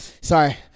sorry